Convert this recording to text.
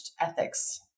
ethics